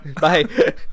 Bye